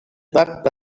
bug